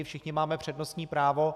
Všichni máme přednostní právo.